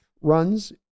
runs